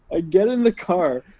i get in the car,